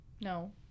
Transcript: no